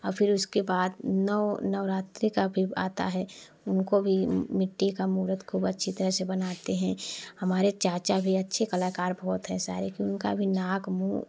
और फिर उसके बाद नव नवरात्रि का भी आता है उनको भी मिट्टी का मूरत खूब अच्छी तरीके से बनाते हैं हमारे चाचा भी अच्छे कलाकार बहुत हैं सारे उनका भी नाक मुँह